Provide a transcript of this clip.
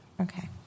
Okay